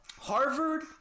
Harvard